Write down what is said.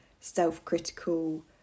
self-critical